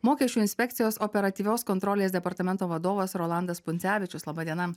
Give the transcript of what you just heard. mokesčių inspekcijos operatyvios kontrolės departamento vadovas rolandas puncevičius laba diena